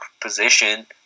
position